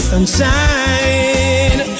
Sunshine